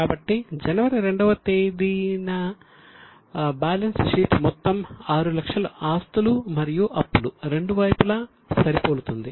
కాబట్టి జనవరి 2 న బ్యాలెన్స్ షీట్ మొత్తం 600000 ఆస్తులు మరియు అప్పులు రెండు వైపులా సరిపోలుతుంది